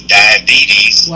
diabetes